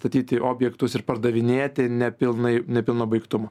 statyti objektus ir pardavinėti nepilnai ne pilno baigtumo